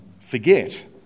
forget